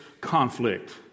conflict